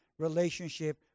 relationship